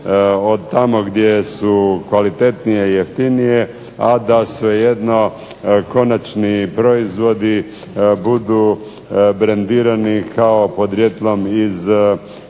od tamo gdje su kvalitetnije, jeftinije a da svejedno konačni proizvodi budu brendirani kao podrijetlom iz